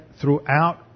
throughout